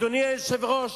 אדוני היושב-ראש,